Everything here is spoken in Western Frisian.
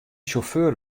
sjauffeur